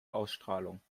ausstrahlung